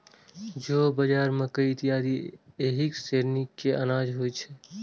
जौ, बाजरा, मकइ इत्यादि एहि श्रेणी के अनाज होइ छै